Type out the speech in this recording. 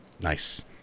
Nice